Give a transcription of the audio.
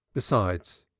besides,